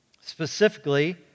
Specifically